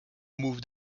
moved